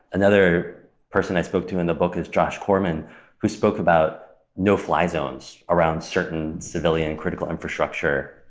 another person i spoke to in the book is josh corman who spoke about no fly zones around certain civilian critical infrastructure,